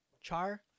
Char